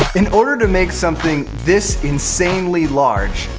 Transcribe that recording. in order to make something this insanely large,